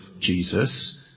Jesus